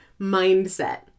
mindset